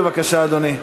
בבקשה, אדוני.